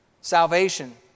Salvation